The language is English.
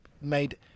made